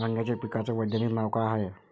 वांग्याच्या पिकाचं वैज्ञानिक नाव का हाये?